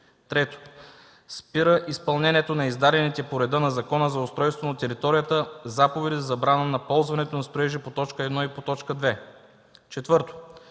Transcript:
3. Спира изпълнението на издадените по реда на Закона за устройство на територията заповеди за забрана на ползването на строежи по т. 1 и т. 2. 4.